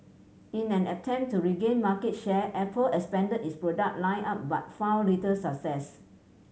in an attempt to regain market share Apple expanded its product line up but found little success